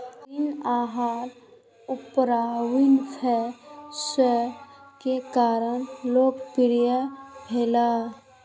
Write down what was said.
ऋण आहार Oprah Winfrey show के कारण लोकप्रिय भेलै